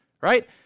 right